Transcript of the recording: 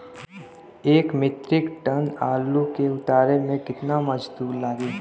एक metric ton आलू के उतारे मे कितना मजदूर लागि?